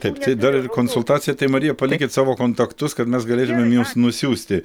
tad kai dar ir konsultacija tai marija palikit savo kontaktus kad mes galėtumėm jus nusiųsti